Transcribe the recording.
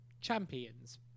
champions